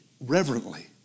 reverently